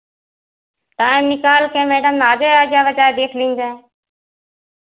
time निकाल के madam आजै आए जावैं चाहे देख लीन जाए